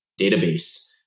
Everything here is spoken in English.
database